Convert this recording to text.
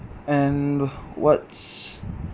and what's